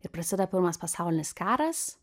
ir praside pirmas pasaulinis karas